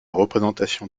représentation